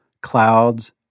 clouds